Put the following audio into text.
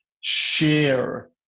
share